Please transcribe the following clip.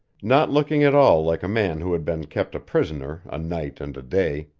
not looking at all like a man who had been kept a prisoner a night and a day,